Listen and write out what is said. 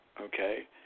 okay